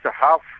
half